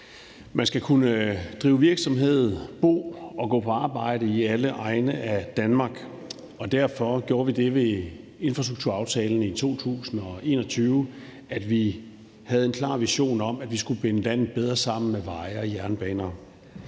Man skal kunne drive virksomhed, bo og gå på arbejde i alle egne af Danmark. Derfor gjorde vi det ved infrastrukturaftalen i 2021, at vi havde en klar vision om, at vi skulle binde landet bedre sammen med veje og jernbaner,